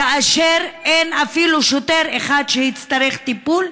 כאשר אין אפילו שוטר אחד שהיה צריך טיפול,